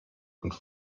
und